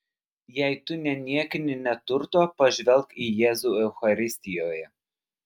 jei tu neniekini neturto pažvelk į jėzų eucharistijoje